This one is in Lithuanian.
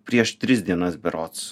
prieš tris dienas berods